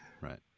Right